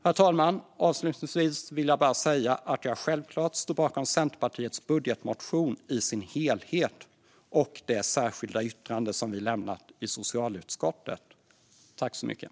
Herr talman! Avslutningsvis vill jag säga att jag självklart står bakom Centerpartiets budgetmotion i dess helhet. Jag står också bakom det särskilda yttrande som vi lämnat i socialutskottet.